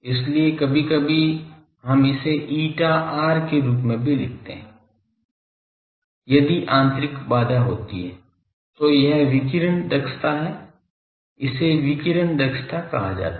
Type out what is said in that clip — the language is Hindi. इसलिए कभी कभी हम इसे eta r के रूप में लिखते हैं यदि आंतरिक बाधा होती है तो यह विकिरण दक्षता है इसे विकिरण दक्षता कहा जाता है